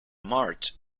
march